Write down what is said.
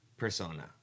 persona